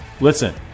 Listen